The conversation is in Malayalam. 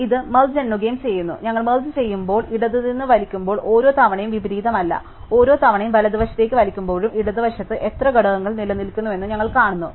അതിനാൽ ഇത് മെർജ് എണ്ണുകയും ചെയ്യുന്നു ഞങ്ങൾ മെർജ് ചെയ്യുമ്പോൾ ഇടത് നിന്ന് വലിക്കുമ്പോൾ ഓരോ തവണയും വിപരീതമില്ല ഓരോ തവണയും വലതുവശത്തേക്ക് വലിക്കുമ്പോഴും ഇടതുവശത്ത് എത്ര ഘടകങ്ങൾ നിലനിൽക്കുന്നുവെന്ന് ഞങ്ങൾ കാണുന്നു